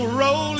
roll